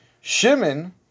Shimon